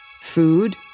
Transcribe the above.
food